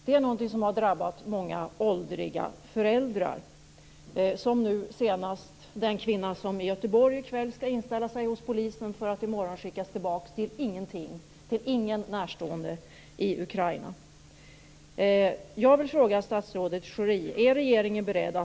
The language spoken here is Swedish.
Det är någonting som har drabbat många åldriga föräldrar, som nu senast den kvinna i Göteborg som i kväll skall inställa sig hos polisen för att i morgon skickas tillbaka till ingenting, till ingen närstående i Ukraina.